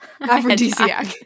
Aphrodisiac